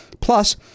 plus